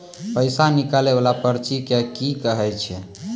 पैसा निकाले वाला पर्ची के की कहै छै?